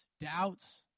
doubts